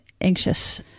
anxious